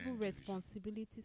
responsibilities